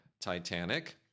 Titanic